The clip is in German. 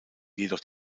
jedoch